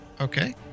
Okay